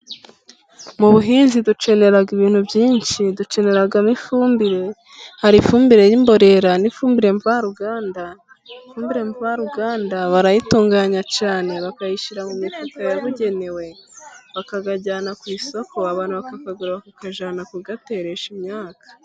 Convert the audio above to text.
Mu buhinzi dukenera ibintu byinshi dukeneramo ifumbire, hari ifumbire y'imborera, n'ifumbire mvaruganda, ifumbire mvaruganda barayitunganya cyane bakayishyira mu mifuka yabugenewe, bakayijyana ku isoko abantu bakayigura bakayijyana kuyiteresha imyaka.